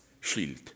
shield